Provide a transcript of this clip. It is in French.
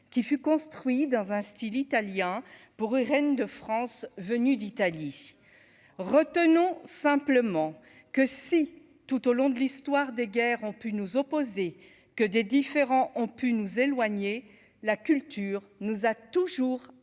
qui fut construit dans un Style italien pour reine de France venus d'Italie, retenons simplement que si tout au long de l'histoire des guerres ont pu nous opposer que des différents ont pu nous éloigner la culture nous a toujours rapproché,